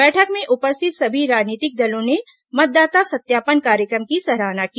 बैठक में उपस्थित सभी राजनीतिक दलों ने मतदाता सत्यापन कार्यक्रम की सराहना की